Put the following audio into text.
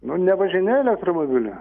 nu nevažinėju elektromobiliu